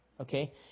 okay